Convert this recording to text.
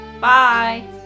Bye